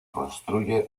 constituye